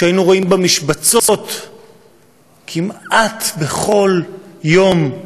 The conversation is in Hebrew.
מה שהיינו רואים במשבצות כמעט בכל יום,